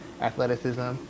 athleticism